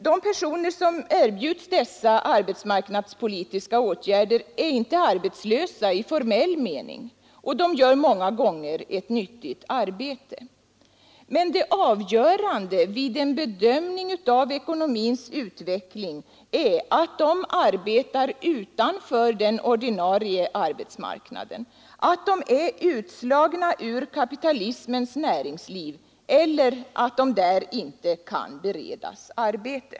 De personer som dessa arbetsmarknadspolitiska åtgärder gäller är inte arbetslösa i formell mening, och de gör många gånger ett nyttigt arbete. Men det avgörande vid en bedömning av ekonomins utveckling är att de arbetar utanför den ordinarie arbetsmarknaden, att de är utslagna ur kapitalismens näringsliv eller att de där inte kan beredas arbete.